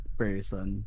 person